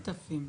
סתם שותפים?